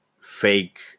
fake